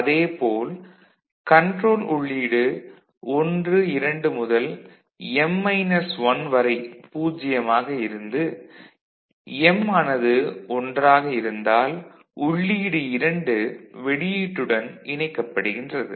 அதே போல் கன்ட்ரோல் உள்ளீடு 12 முதல் m 1 வரை 0 ஆக இருந்து m ஆனது 1 ஆக இருந்தால் உள்ளீடு 2 வெளியீட்டுடன் இணைக்கப்படுகின்றது